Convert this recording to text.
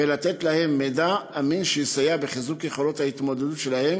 לתת להם מידע אמין שיסייע בחיזוק יכולות ההתמודדות שלהם